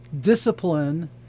discipline